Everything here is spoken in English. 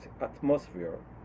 atmosphere